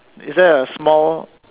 is there a small